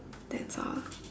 that's all